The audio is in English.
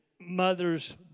mother's